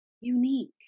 unique